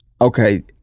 Okay